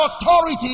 authority